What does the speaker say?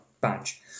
badge